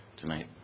tonight